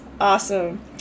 Awesome